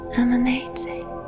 emanating